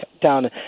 down